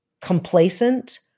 complacent